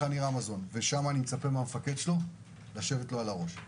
שם אני מצפה מהמפקד לשבת לו על הראש.